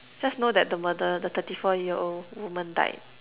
just know that the murderer the thirty four year old woman died